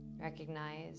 recognize